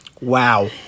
Wow